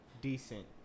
decent